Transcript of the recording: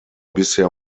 bisher